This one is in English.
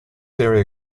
area